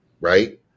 right